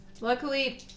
Luckily